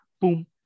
boom